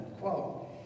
quote